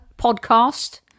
podcast